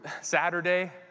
Saturday